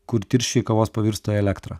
kur tirščiai kavos pavirsta į elektrą